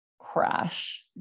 crash